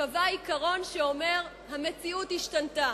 קבע עיקרון שאומר: המציאות השתנתה.